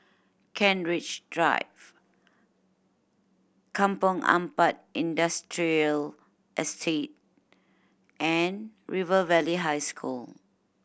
Kent Ridge Drive Kampong Ampat Industrial Estate and River Valley High School